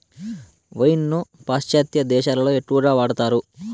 wine ను పాశ్చాత్య దేశాలలో ఎక్కువగా వాడతారు